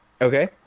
Okay